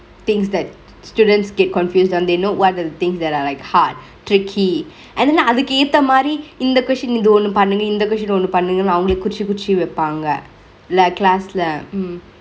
thingks that students get confused and they know what are the thingks that are like hard tricky and then அதுக்கு ஏத்த மாரி இந்த:athuku yaette maari inthe question இது ஒன்னு பன்னுங்க இந்த:ithu onnu pannungke inthe question ஒன்னு பன்னுங்க அவங்குளே குரிச்சி குரிச்சி வைப்பாங்க ல:onnu pannungke avangkule kurichi kurichi veipangkge le class ல:le